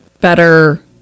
better